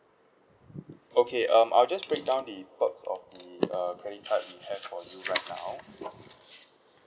okay um I'll just break down the perks of the uh credit card we have for you right now